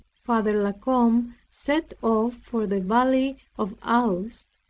father la combe set off for the valley of aoust,